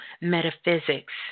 metaphysics